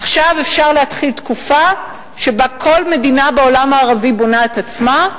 עכשיו אפשר להתחיל תקופה שבה כל מדינה בעולם הערבי בונה את עצמה,